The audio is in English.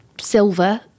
silver